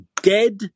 dead